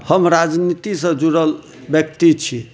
हम राजनीतिसँ जुड़ल व्यक्ति छी